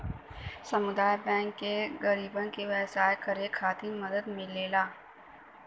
सामुदायिक बैंक से गरीबन के व्यवसाय करे खातिर मदद मिलेला